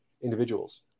individuals